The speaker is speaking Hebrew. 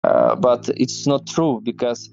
אבל זה לא נכון, בגלל...